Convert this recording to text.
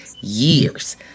years